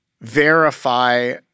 verify